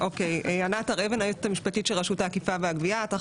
טוב, יאללה, חבל על הזמן, תדונו בזה בחוק.